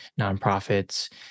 nonprofits